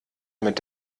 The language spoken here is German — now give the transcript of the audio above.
mit